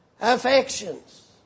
Affections